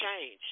change